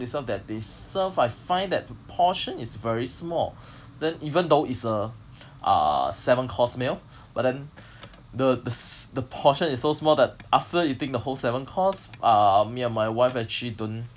they serve that they serve I find that the portion is very small then even though it's a uh seven course meal but then the the s~ the portion is so small that after eating the whole seven course uh me and my wife actually don't